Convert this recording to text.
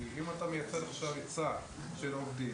כי אם אתה מייצר עכשיו היצע של עובדים